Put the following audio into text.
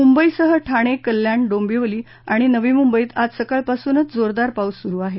मुंबईसह ठाणे कल्याण डोंबिवली आणि नवी मुंबईत आज सकाळपासून जोरदार पाऊस सूरु आहे